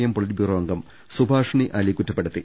M politburo അംഗം സുഭാഷിണി അലി കുറ്റപ്പെടുത്തി